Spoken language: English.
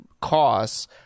costs